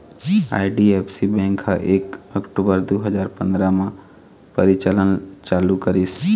IDFC bank ह एक अक्टूबर दू हजार पंदरा म परिचालन चालू करिस